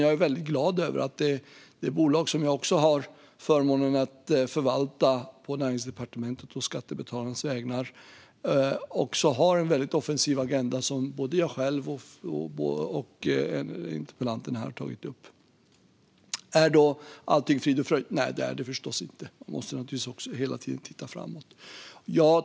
Jag är glad över att det bolag som jag har förmånen att förvalta på Näringsdepartementet å skattebetalarnas vägnar har en offensiv agenda, vilket både jag själv och interpellanten tagit upp. Är då allt frid och fröjd? Nej, givetvis inte. Vi måste hela tiden titta framåt.